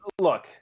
look